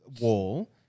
wall